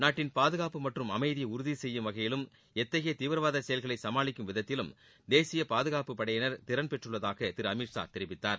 நாட்டின் பாதுகாப்பு மற்றும் அமைதியை உறுதி செய்யும் வகையிலும் எத்தகைய தீவிரவாத செயல்களை சமாளிக்கும் வகையிலும் தேசிய பாதுகாப்புப் படையினர் திறன்பெற்றுள்ளதாக திரு அமித் ஷா தெரிவித்தார்